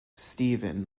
stephen